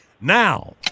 now